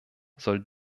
soll